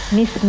Miss